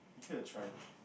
give it a try